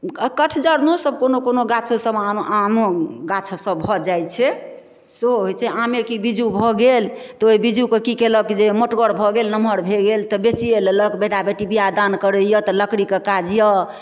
कठजरनो सब कोनो कोनो गाछो सब आमो गाछ सब भऽ जाइ छै सेहो हैय छै आमे कि बीजू भऽ गेल तऽ ओइ बीजूके की कयलक जे मोटगर भऽ गेल नमहर भए गेल तऽ बेचिये लेलक बेटा बेटी बिआह दान करैय तऽ लकड़ीके काज यऽ